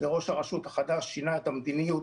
וראש הרשות החדש שינה את המדיניות,